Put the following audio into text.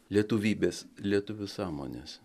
lietuvybės lietuvių sąmonės